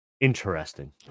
interesting